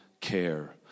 care